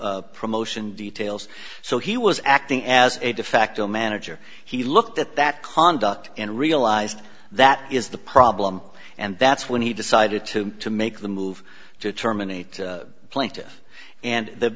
and promotion details so he was acting as a de facto manager he looked at that conduct and realized that is the problem and that's when he decided to to make the move to terminate plaintive and